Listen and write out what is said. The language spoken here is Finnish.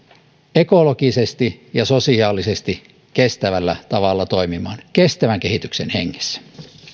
ekologisesti ja sosiaalisesti kestävällä tavalla toimimaan kestävän kehityksen hengessä